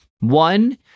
One